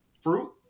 fruit